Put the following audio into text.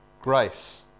grace